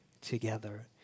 together